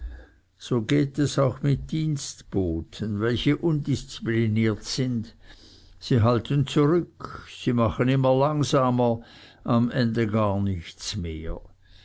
so geht es auch mit dienstboten welche undiszipliniert sind sie halten zurück sie machen immer langsamer am ende gar nichts mehr